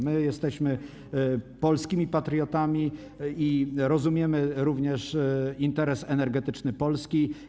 My jesteśmy polskimi patriotami i rozumiemy również interes energetyczny Polski.